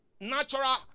natural